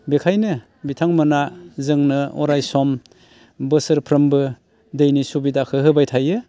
बेखायनो बिथांमोना जोंनो अरायसम बोसोरफ्रोमबो दैनि सुबिदाखौ होबाय थायो